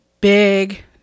big